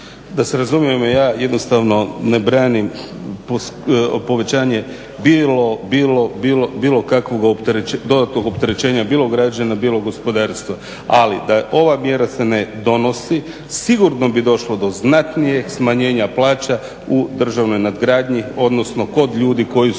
Da se razumijemo, ja jednostavno ne branim povećanje bilo kakvog dodatnog opterećenja bilo građana, bilo gospodarstva. Ali da ova mjera se ne donosi sigurno bi došlo do znatnijeg smanjenja plaća u državnoj nadgradnji odnosno kod ljudi koji su